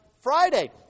Friday